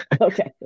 Okay